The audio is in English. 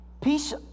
Peace